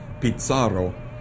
Pizarro